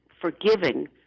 forgiving